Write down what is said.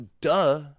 duh